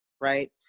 right